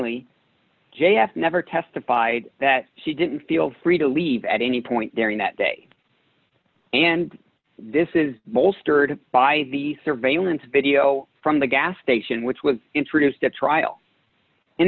y j f never testified that she didn't feel free to leave at any point during that day and this is bolstered by the surveillance video from the gas station which was introduced at trial